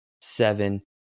seven